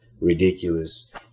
ridiculous